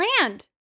land